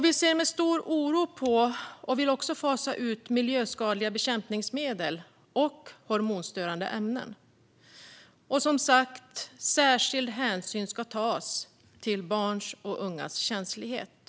Vi ser med stor oro på och vill fasa ut miljöskadliga bekämpningsmedel och hormonstörande ämnen. Särskild hänsyn ska som sagt tas till barns och ungas känslighet.